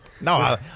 No